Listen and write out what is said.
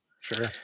sure